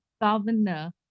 governor